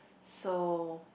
so